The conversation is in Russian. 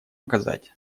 оказать